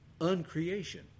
uncreation